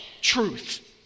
truth